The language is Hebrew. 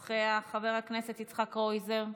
אינו נוכח, חבר הכנסת יצחק קרויזר,